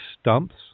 stumps